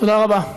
תודה רבה.